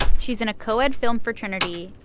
she's in a co-ed film fraternity.